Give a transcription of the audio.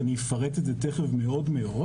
ואני אפרט את זה תיכף מאוד,